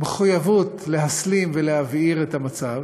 מחויבות להסלים ולהבעיר את המצב.